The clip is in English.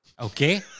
Okay